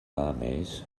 armies